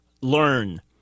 learn